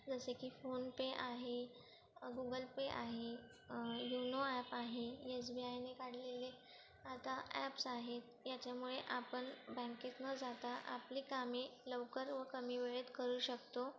जसे की फोनपे आहे गुगल पे आहे युनो ॲप आहे एसबीआयने काढलेले आता ॲप्स आहेत ह्याच्यामुळे आपण बँकेत न जाता आपली कामे लवकर व कमी वेळेत करू शकतो